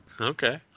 Okay